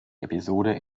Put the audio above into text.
episode